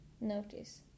notice